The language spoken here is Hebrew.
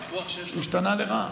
הוא השתנה לרעה.